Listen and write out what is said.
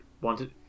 wanted